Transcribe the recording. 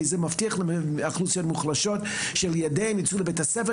כי הוא מבטיח לאוכלוסיות מוחלשות שילדיהן יוצאים לבית ספר